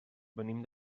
venim